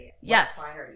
Yes